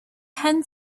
ten